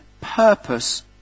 purpose